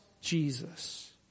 Jesus